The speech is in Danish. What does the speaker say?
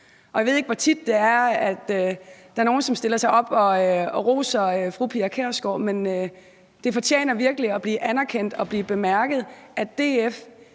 Jeg ved ikke, hvor tit det er, at der er nogen, som stiller sig op og roser fru Pia Kjærsgaard, men det fortjener virkelig at blive anerkendt og blive bemærket, at DF